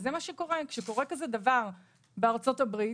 זה מה שקורה - כשקורה כזה דבר בארצות הברית,